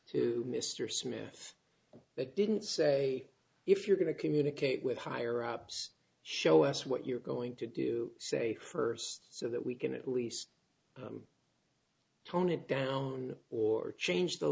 to mr smith that didn't say if you're going to communicate with higher ups show us what you're going to do say first so that we can at least tone it down or change the